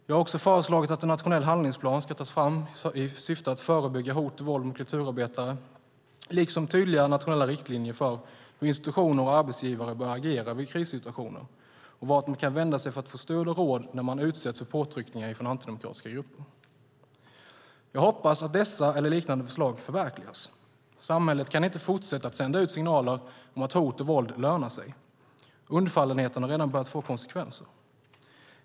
Jag har också föreslagit att en nationell handlingsplan ska tas fram i syfte att förebygga hot och våld mot kulturarbetare liksom tydligare nationella riktlinjer för hur institutioner och arbetsgivare bör agera i krissituationer och vart man kan vända sig för att få stöd och råd när man utsätts för påtryckningar från antidemokratiska grupper. Jag hoppas att dessa eller liknande förslag förverkligas. Samhället kan inte fortsätta att sända ut signaler om att hot och våld lönar sig. Undfallenheten har redan börjat få konsekvenser.